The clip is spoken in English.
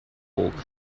oak